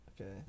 Okay